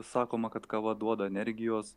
sakoma kad kava duoda energijos